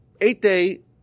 eight-day